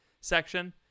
section